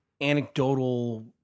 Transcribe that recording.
anecdotal